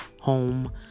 home